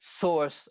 source